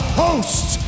host